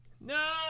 No